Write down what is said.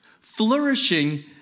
flourishing